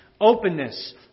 openness